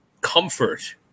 comfort